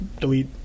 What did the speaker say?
Delete